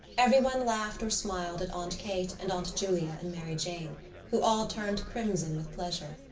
everyone laughed or smiled at aunt kate and aunt julia and mary jane who all turned crimson with pleasure.